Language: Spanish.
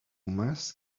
más